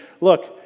look